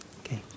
Okay